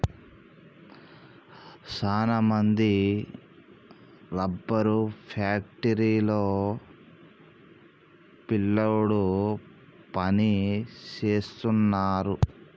సాన మంది rubber factory లో పిల్లోడు పని సేస్తున్నారు